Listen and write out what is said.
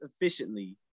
efficiently